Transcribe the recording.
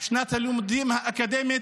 שנת הלימודים האקדמית,